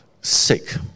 sick